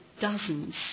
dozens